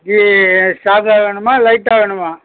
tea ஸ்ட்ராங்காக வேணுமா லைட்டாக வேணுமா